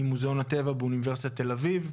מוזיאון הטבע באוניברסיטת תל אביב,